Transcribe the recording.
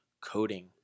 coding